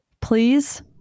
Please